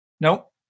nope